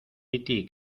piti